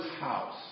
house